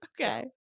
okay